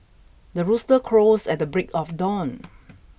the rooster crows at the break of dawn